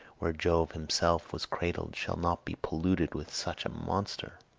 where jove himself was cradled, shall not be polluted with such a monster!